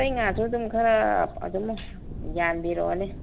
ꯑꯇꯩ ꯉꯥꯗꯣ ꯑꯗꯨꯝ ꯈꯔ ꯑꯗꯨꯝ ꯌꯥꯟꯕꯤꯔꯣꯅꯦ